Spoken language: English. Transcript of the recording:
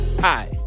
Hi